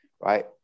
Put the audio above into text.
right